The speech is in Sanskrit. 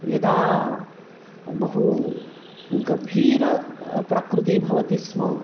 यदा बहु गभीरः प्रकृतिः भवति स्म